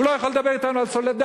הוא לא יכול לדבר אתנו על סולידריות.